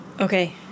Okay